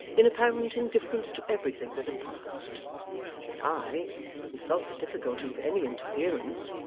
in apparent indifference to everything that had passed and i who felt the difficulty of any interference,